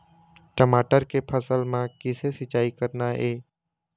टमाटर के फसल म किसे सिचाई करना ये?